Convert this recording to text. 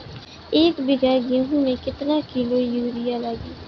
एक बीगहा गेहूं में केतना किलो युरिया लागी?